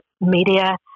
media